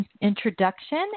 introduction